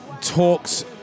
talks